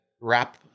wrap